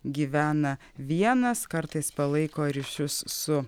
gyvena vienas kartais palaiko ryšius su